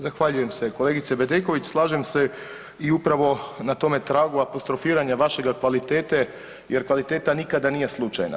Zahvaljujem se kolegice Bedeković, slažem se i upravo na tome tragu apostrofiranja vašega kvalitete jer kvaliteta nikada nije slučajna.